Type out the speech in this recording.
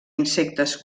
insectes